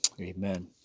amen